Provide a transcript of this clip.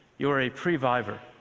you are a pre-vivor.